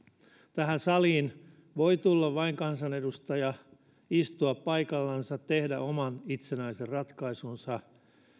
tähän saliin voi tulla vain kansanedustaja istua paikallansa tehdä oman itsenäisen ratkaisunsa